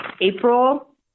April